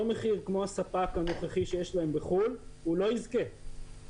מחיר כמו הספק הנוכחי שיש להם בחו"ל הוא לא יזכה.